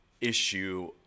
issue